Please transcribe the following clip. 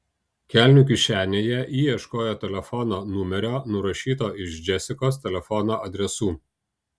kelnių kišenėje ji ieškojo telefono numerio nurašyto iš džesikos telefono adresų